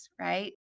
right